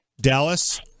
Dallas